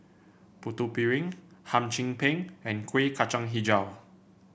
Putu Piring Hum Chim Peng and Kuih Kacang hijau